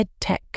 EdTech